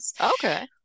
Okay